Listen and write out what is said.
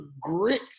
grit